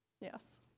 yes